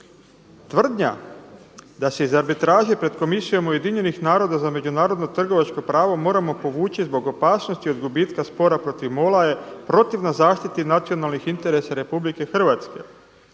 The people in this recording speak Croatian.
„Tvrdnja da se iz arbitraže pred Komisijom Ujedinjenih naroda za međunarodno trgovačko pravo moramo povući zbog opasnosti od gubitka spora protiv MOL-a je protivna zaštiti nacionalnih interesa Republike Hrvatske.